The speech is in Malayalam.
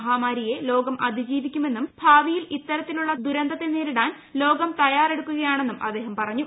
മുഹാമാരിയെ ലോകം അതിജീവിക്കുമെന്നും ഭാവിയിൽ ഇത്തരത്തിലു്ള്ള ദുരന്തത്തെ നേരിടാൻ ലോകം തയ്യാറെടുക്കുകയാണെന്നും അദ്ദേഹം പറഞ്ഞു